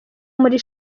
muri